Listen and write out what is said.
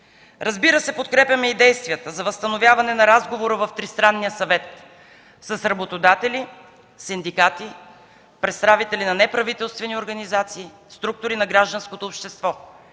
Разбира се, подкрепяме и действията за възстановяване на разговора в Тристранния съвет с работодатели, синдикати, представители на неправителствени организации, структури на гражданското общество,